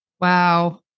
Wow